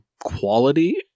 quality